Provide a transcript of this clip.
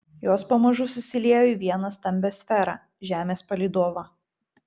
jos pamažu susiliejo į vieną stambią sferą žemės palydovą